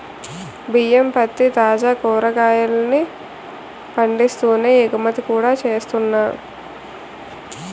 బియ్యం, పత్తి, తాజా కాయగూరల్ని పండిస్తూనే ఎగుమతి కూడా చేస్తున్నా